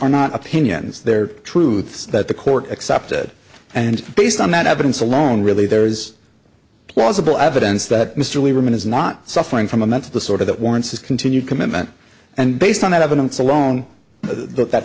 are not opinions they're truths that the court accepted and based on that evidence alone really there is plausible evidence that mr lieberman is not suffering from a mental disorder that warrants his continued commitment and based on that evidence alone that